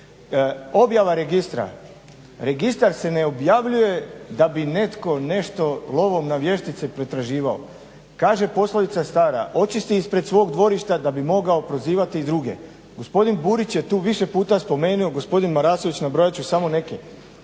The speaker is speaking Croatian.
Objava registra, registar se ne objavljuje da bi netko nešto lovom na vještice pretraživao. Kaže poslovica stara "Očisti ispred svog dvorišta da bi mogao prozivati i druge." Gospodin Burić je tu više puta spomenuo i gospodin Marasović, nabrojat ću samo neke.